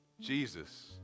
Jesus